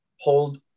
hold